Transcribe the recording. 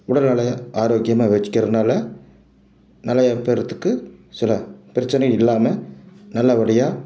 உடல் நிலையை ஆரோக்கியமாக வச்சிக்கிறதுனால நிறையா பேர்த்துக்கு சில பிரச்சனை இல்லாமல் நல்ல படியாக